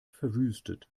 verwüstet